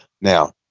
now